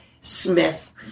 Smith